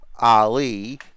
Ali